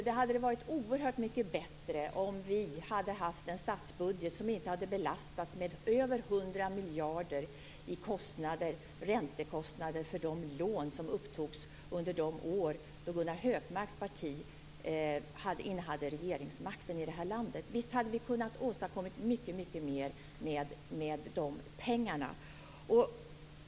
Det hade varit oerhört mycket bättre om vi hade haft en statsbudget som inte hade belastats med över 100 miljarder i räntekostnader för de lån som upptogs under de år då Gunnar Hökmarks parti innehade regeringsmakten i det här landet. Visst hade vi kunnat åstadkomma mycket mer med de pengarna.